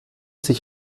sich